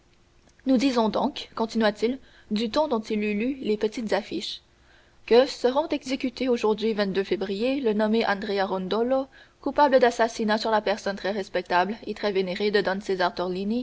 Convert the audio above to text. nous disons donc continua-t-il du ton dont il eût lu les petites affiches que seront exécutés aujourd'hui février le nommé andrea rondolo coupable d'assassinat sur la personne très respectable et très vénérée de don